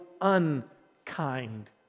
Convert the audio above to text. unkind